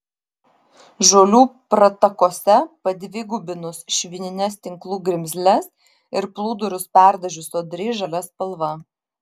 žolių pratakose padvigubinus švinines tinklų grimzles ir plūdurus perdažius sodriai žalia spalva